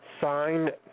signed